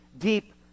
Deep